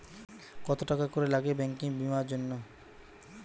কত টাকা করে লাগে ব্যাঙ্কিং বিমার জন্য?